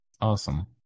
Awesome